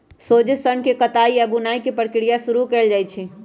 सोझे सन्न के कताई आऽ बुनाई के प्रक्रिया शुरू कएल जाइ छइ